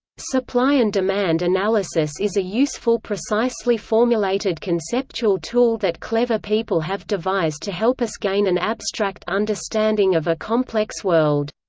supply and demand analysis is a useful precisely formulated conceptual tool that clever people have devised to help us gain an abstract understanding of a complex world.